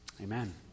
Amen